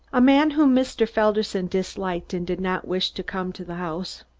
a man whom mr. felderson disliked and did not wish to come to the house.